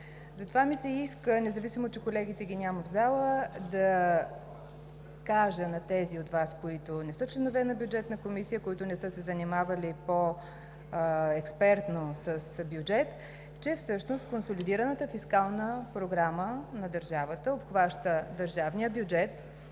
Затова ми се иска, независимо, че колегите ги няма в залата, да кажа на тези от Вас, които не са членове на Бюджетната комисия, които не са се занимавали по-експертно с бюджет, че всъщност консолидираната фискална програма на държавата обхваща държавния бюджет,